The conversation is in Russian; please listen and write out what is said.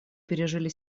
пережили